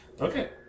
Okay